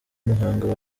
muhanga